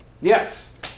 Yes